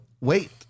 wait